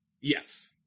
Yes